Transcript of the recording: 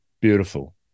Beautiful